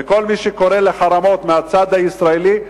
כל מי שקורא לחרמות מהצד הישראלי,